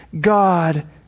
God